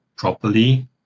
properly